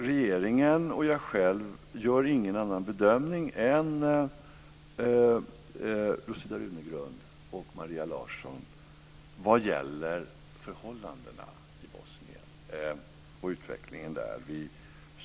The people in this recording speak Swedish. Regeringen och jag själv gör ingen annan bedömning än Rosita Runegrund och Maria Larsson vad gäller förhållandena i Bosnien och utvecklingen där.